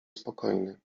spokojny